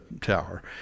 tower